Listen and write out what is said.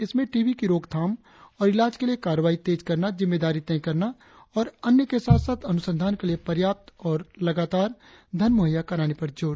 इसमें टींबी को रोकथाम और इलाज के लिए कार्रवाई तेज करना जिम्मेदारी तय करना और अन्य के साथ साथ अनुसंधान के लिए पर्याप्त और लगातार धन मुहैय्या कराने पर जोर दिया जाएगा